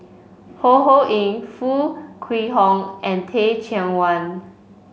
Ho Ho Ying Foo Kwee Horng and Teh Cheang Wan